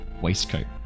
waistcoat